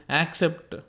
accept